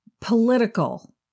political